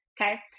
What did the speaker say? Okay